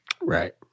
right